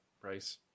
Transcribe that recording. price